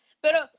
Pero